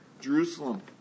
Jerusalem